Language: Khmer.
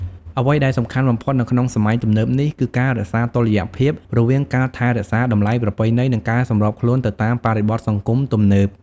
អ្វីដែលសំខាន់បំផុតនៅក្នុងសម័យទំនើបនេះ គឺការរក្សាតុល្យភាពរវាងការថែរក្សាតម្លៃប្រពៃណី និងការសម្របខ្លួនទៅតាមបរិបទសង្គមទំនើប។